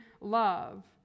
love